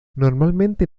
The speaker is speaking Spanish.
normalmente